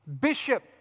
Bishop